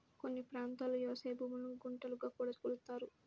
కొన్ని ప్రాంతాల్లో వ్యవసాయ భూములను గుంటలుగా కూడా కొలుస్తారు